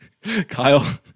Kyle